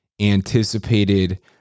anticipated